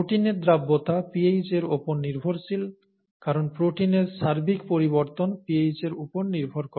প্রোটিনের দ্রাব্যতা pH এর উপর নির্ভরশীল কারণ প্রোটিনের সার্বিক পরিবর্তন pH এর উপর নির্ভর করে